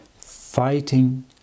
fighting